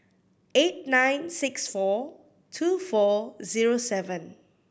eight nine six four two four zero seven